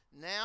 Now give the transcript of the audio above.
Now